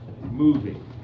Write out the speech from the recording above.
moving